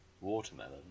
Watermelon